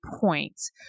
points